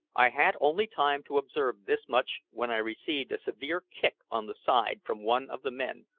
i had only time to observe this much when i received a severe kick on the side from one of the men,